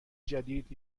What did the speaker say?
جدید